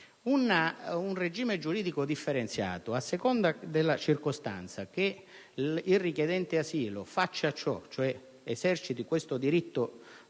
un regime giuridico differenziato a seconda della circostanza che il richiedente asilo faccia ciò, cioè eserciti questo diritto